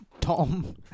Tom